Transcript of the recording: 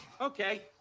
Okay